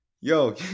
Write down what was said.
yo